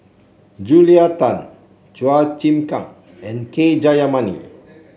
Julia Tan Chua Chim Kang and K Jayamani